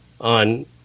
on